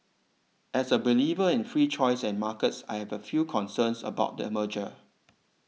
as a believer in free choice and markets I have a few concerns about the merger